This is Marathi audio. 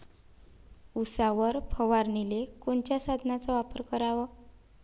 उसावर फवारनीले कोनच्या साधनाचा वापर कराव?